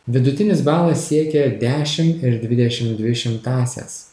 vidutinis balas siekia dešim ir dvidešim dvi šimtąsias